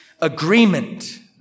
agreement